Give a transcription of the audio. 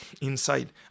inside